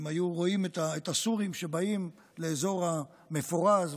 הם היו רואים את הסורים שבאים לאזור המפורז,